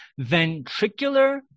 ventricular